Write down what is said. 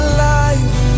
life